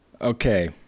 Okay